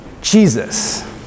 Jesus